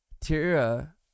Tira